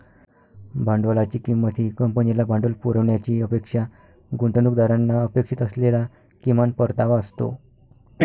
भांडवलाची किंमत ही कंपनीला भांडवल पुरवण्याची अपेक्षा गुंतवणूकदारांना अपेक्षित असलेला किमान परतावा असतो